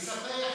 לספח?